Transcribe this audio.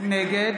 נגד